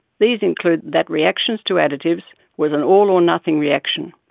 these include that reactions to additives was an all-or-nothing reaction,